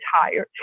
tired